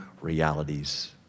realities